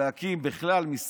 צריך בכלל להקים משרד,